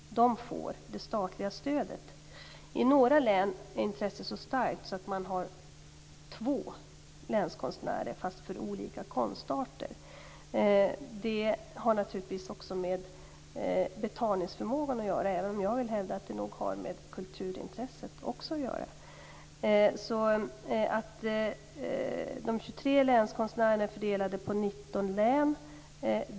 I några län är intresset så starkt att man har två länskonstnärer, men för olika konstarter. Det har naturligtvis med betalningsförmågan att göra, även om jag vill hävda att det nog också har samband med kulturintresset. De 23 länskonstnärerna är fördelade på 19 län.